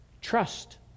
Trust